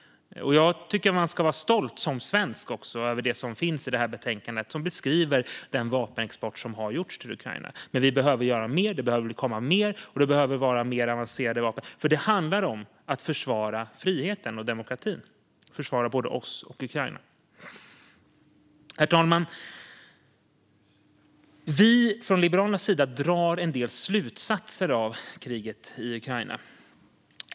Jag tycker att man som svensk ska vara stolt över det som beskrivs i det här betänkandet om de vapen som har exporterats till Ukraina. Men vi behöver göra mer. Det behöver komma mer, och det behöver vara mer avancerade vapen, för det handlar om att försvara friheten och demokratin - att försvara både oss och Ukraina. Herr talman! Från Liberalernas sida drar vi en del slutsatser av kriget i Ukraina.